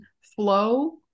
flow